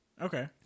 okay